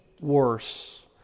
worse